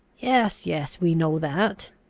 yes, yes, we know that.